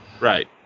Right